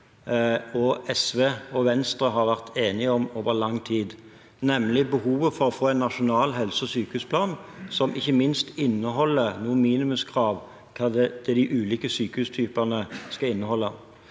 SVog Venstre har vært enige om over lang tid, nemlig behovet for å få en nasjonal helse- og sykehusplan som ikke minst inneholder noen minimumskrav til hva de ulike sykehustypene skal inneholde.